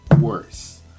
worse